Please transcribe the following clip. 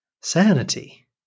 sanity